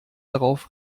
darauf